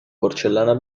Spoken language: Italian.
porcellana